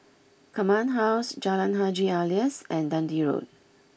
Command House Jalan Haji Alias and Dundee Road